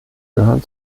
gehörten